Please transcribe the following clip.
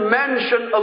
mention